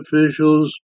officials